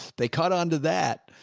they caught onto that.